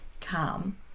calm